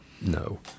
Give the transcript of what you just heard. no